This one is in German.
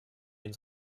den